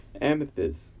Amethyst